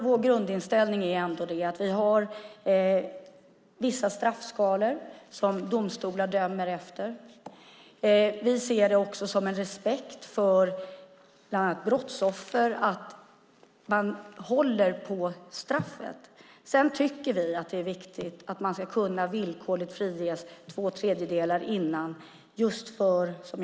Vår grundinställning är att vi har vissa straffskalor som domstolar dömer efter. Att man håller på straffet ser vi också som ett sätt att visa respekt bland annat för brottsoffren. Sedan är det viktigt att kunna friges villkorligt när man avtjänat två tredjedelar av sitt straff.